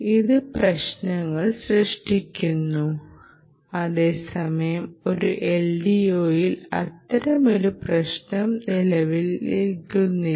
ഇത് പ്രശ്നങ്ങൾ സൃഷ്ടിക്കുന്നു അതേസമയം ഒരു LDOയിൽ അത്തരമൊരു പ്രശ്നം നിലവിലില്ല